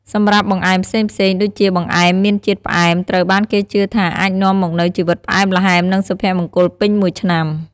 សម្រាប់់បង្អែមផ្សេងៗ ដូចជាបង្អែមមានជាតិផ្អែម ត្រូវបានគេជឿថាអាចនាំមកនូវជីវិតផ្អែមល្ហែមនិងសុភមង្គលពេញមួយឆ្នាំ។